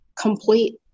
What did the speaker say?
complete